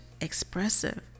expressive